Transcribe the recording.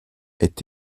est